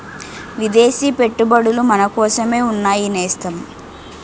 విదేశీ పెట్టుబడులు మనకోసమే ఉన్నాయి నేస్తం